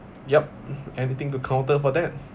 yup anything to counter for that